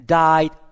died